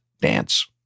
dance